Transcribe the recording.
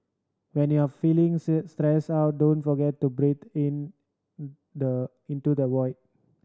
when you are feeling stressed out don't forget to breathe in the into the void